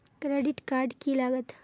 Credit card की लागत?